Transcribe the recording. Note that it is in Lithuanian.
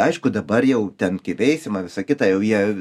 aišku dabar jau ten kai veisiama visą kitą jau jie